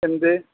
എന്ത്